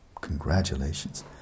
Congratulations